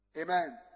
Amen